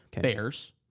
Bears